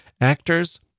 Actors